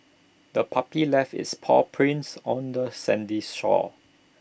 the puppy left its paw prints on the sandy shore